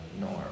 norm